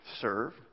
Serve